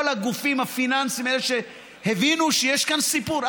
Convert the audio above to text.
כל הגופים הפיננסיים האלה הבינו שיש כאן סיפור.